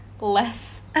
less